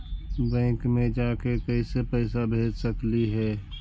Bank मे जाके कैसे पैसा भेज सकली हे?